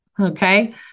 Okay